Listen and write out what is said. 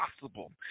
possible